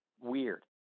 weird